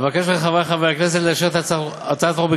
אבקש מחברי חברי הכנסת לאשר את הצעת החוק